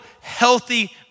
healthy